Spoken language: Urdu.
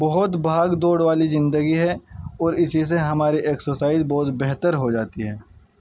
بہت بھاگ دوڑ والی زندگی ہے اور اسی سے ہماری ایکسرسائز بہت بہتر ہو جاتی ہے